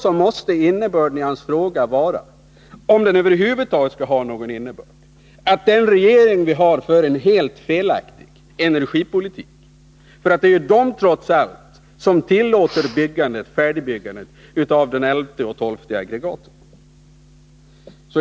Ändå måste innebörden i hans fråga vara — om den över huvud taget skall ha någon innebörd — att den regering vi har för en helt felaktig energipolitik. Det är ju trots allt regeringen som tillåter färdigbyggandet av aggregaten 11 och 12.